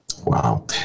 wow